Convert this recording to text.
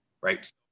right